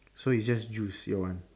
so it's just juice your one